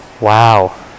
Wow